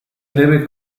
debe